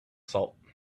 salt